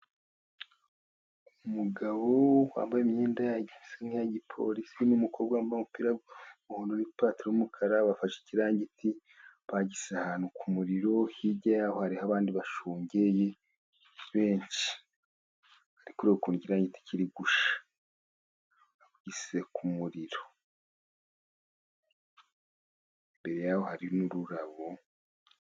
Umugabo wambaye imyenda isan'iya gipolisi n'umukobwa wambaye umupira w'umuhondo, n'ipataro 'yumukara, bafashe ikirangiti bagishyize ahantu ku muriro, hirya ya ho hari abandi bashungereye benshi, bari kureba uko ikirangiti kiri gushya. Bagishyize ku muriro. Imbere ya ho hari n'ururabo.